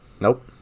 nope